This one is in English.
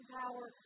power